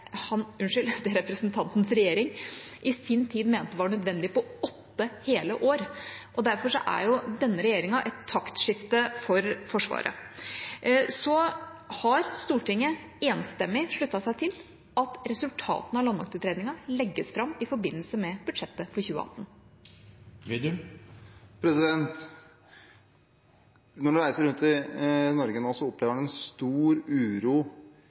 det representantens regjering i sin tid mente var nødvendig på åtte hele år. Derfor er denne regjeringa et taktskifte for Forsvaret. Så har Stortinget enstemmig sluttet seg til at resultatet av landmaktutredningen legges fram i forbindelse med budsjettet for 2018. Når en reiser rundt i Norge nå, opplever man en stor uro